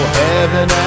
heaven